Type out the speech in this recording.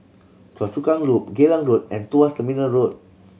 Choa Chu Kang Loop Geylang Road and Tuas Terminal Road